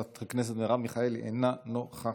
אינו נוכח,